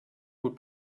would